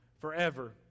forever